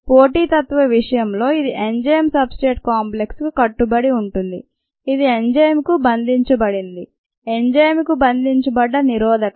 పోటీతత్వ విషయంలో ఇది enzyme substrate complex కు కట్టుబడి ఉంటుంది ఇది ఎంజైమ్ కు బంధించబడింది ఎంజైమ్ కు బంధించబడ్డ నిరోధకం